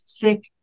thick